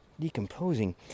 decomposing